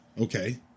Okay